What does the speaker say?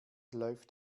läuft